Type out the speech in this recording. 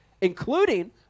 including